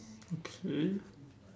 okay